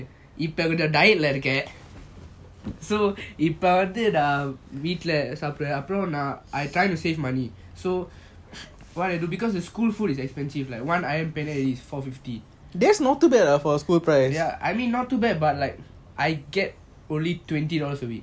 நான் வந்து இப்போ:naan vanthu ipo diet lah இருக்கான்:irukan so இப்போ வந்து நான் வீட்டுல சாப்பிடுவான் அப்புறம் நான்:ipo vanthu naan veetula sapduvan apram naan I try to save money so what I do because the school food is expensive like one ayam penyet four fifty ya I mean not too bad but like I get only twenty dollars a week